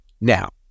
Now